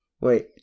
Wait